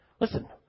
listen